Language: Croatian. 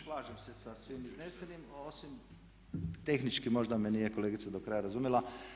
Slažem se sa svim iznesenim, osim tehnički možda me nije kolegica do kraj razumjela.